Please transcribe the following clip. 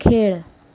खेळ